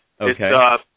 Okay